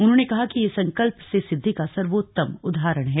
उन्होंने कहा कि यह संकल्प से सिद्धि का सर्वोत्तम उदाहरण है